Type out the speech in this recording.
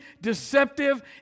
deceptive